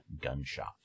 gunshot